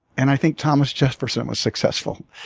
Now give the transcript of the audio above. and i think thomas jefferson was successful.